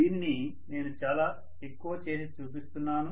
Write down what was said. దీనిని నేను చాలా ఎక్కువ చేసి చూపిస్తున్నాను